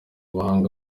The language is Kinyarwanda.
bahanga